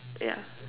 yeah